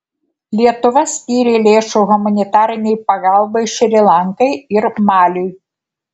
lietuva skyrė lėšų humanitarinei pagalbai šri lankai ir maliui